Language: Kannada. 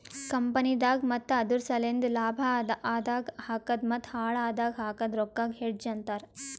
ಕಂಪನಿದಾಗ್ ಮತ್ತ ಅದುರ್ ಸಲೆಂದ್ ಲಾಭ ಆದಾಗ್ ಹಾಕದ್ ಮತ್ತ ಹಾಳ್ ಆದಾಗ್ ಹಾಕದ್ ರೊಕ್ಕಾಗ ಹೆಡ್ಜ್ ಅಂತರ್